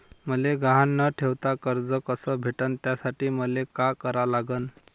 मले गहान न ठेवता कर्ज कस भेटन त्यासाठी मले का करा लागन?